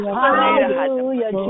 Hallelujah